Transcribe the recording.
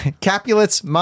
capulets